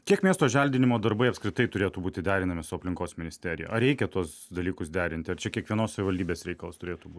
kiek miesto želdinimo darbai apskritai turėtų būti derinami su aplinkos ministerija ar reikia tuos dalykus derinti ar čia kiekvienos savivaldybės reikalas turėtų būti